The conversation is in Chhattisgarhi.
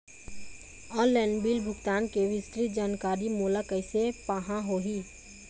ऑनलाइन बिल भुगतान के विस्तृत जानकारी मोला कैसे पाहां होही?